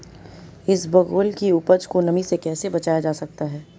इसबगोल की उपज को नमी से कैसे बचाया जा सकता है?